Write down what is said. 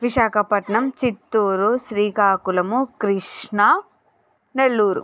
Visakhapatnam Chittoor Srikakulam Krishna Nellore